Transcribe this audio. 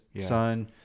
son